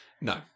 No